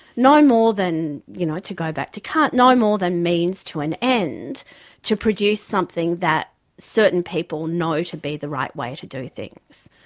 no more than you know to go back to kant no more than means to an end to produce something that certain people know to be the right way to do things.